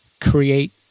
create